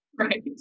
Right